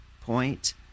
point